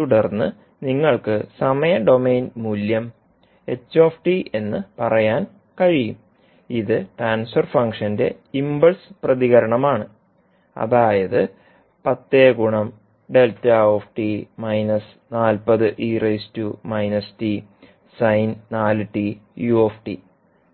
തുടർന്ന് നിങ്ങൾക്ക് സമയ ഡൊമെയ്ൻ മൂല്യം എന്ന് പറയാൻ കഴിയും ഇത് ട്രാൻസ്ഫർ ഫംഗ്ഷന്റെ ഇൻപൾസ് പ്രതികരണമാണ് അതായത് 10